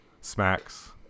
smacks